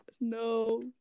No